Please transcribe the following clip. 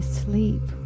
sleep